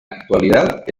actualidad